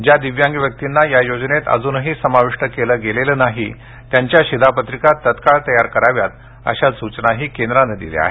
ज्या दिव्यांग व्यक्तींना या योजनेत अजुनही समाविष्ट केलं गेलेलं नाही त्यांच्या शिधापत्रीका तात्काळ बनवाव्यात अशाही सूचना केंद्रानं दिल्या आहेत